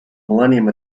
millennium